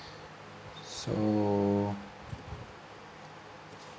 so